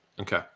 Okay